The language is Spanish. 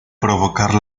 provocar